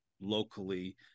locally